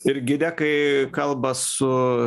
ir gidė kai kalba su